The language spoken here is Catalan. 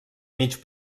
mig